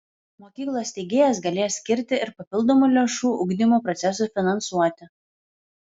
mokyklos steigėjas galės skirti ir papildomų lėšų ugdymo procesui finansuoti